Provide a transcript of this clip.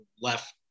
left